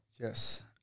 Yes